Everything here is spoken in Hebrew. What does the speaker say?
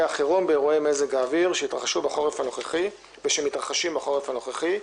חירום באירועי מזג האוויר שהתרחשו ושמתרחשים בחורף הנוכחי.